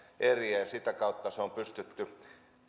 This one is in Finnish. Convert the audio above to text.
eriä ja sitä kautta ne on pystytty